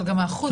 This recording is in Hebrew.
אבל האחוז,